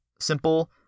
simple